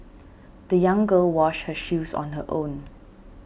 the young girl washed her shoes on her own